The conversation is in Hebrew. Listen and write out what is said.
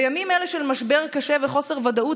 בימים אלה של משבר קשה וחוסר ודאות